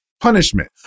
Punishment